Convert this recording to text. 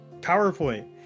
PowerPoint